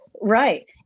right